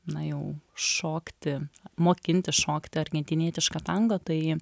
nuėjau šokti mokintis šokti argentinietišką tango tai